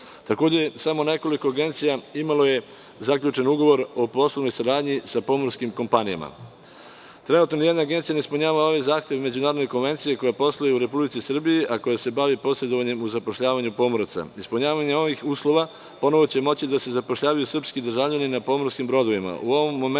evra. Takođe, samo nekoliko agencija imalo je zaključen ugovor o poslovnoj saradnji sa pomorskim kompanijama. Trenutno ni jedna agencija ne ispunjava ovaj zahtev Međunarodne konvencije koja posluje u Republici Srbiji, a koja se bavi posedovanjem u zapošljavanju pomoraca. Ispunjavanjem ovih uslova ponovo će moći da se zapošljavaju srpski državljani na pomorskim brodovima.